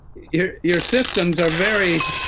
your your systems are very